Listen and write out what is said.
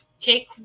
take